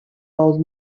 old